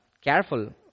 careful